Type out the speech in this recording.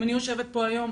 אם אני יושבת פה היום,